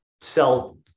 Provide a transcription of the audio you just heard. sell